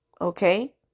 Okay